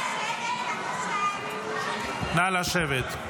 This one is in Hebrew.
נא לשבת.